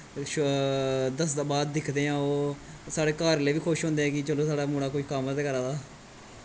दसदा बाद च दिखदे ऐ ओह् साढ़े घर आह्ले बी खुश होंदे ऐ कि चलो साढ़ा मुड़ा कोई कम्म ते करा दा